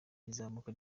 izamuka